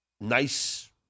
nice